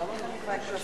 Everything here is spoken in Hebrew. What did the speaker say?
אדוני היושב-ראש,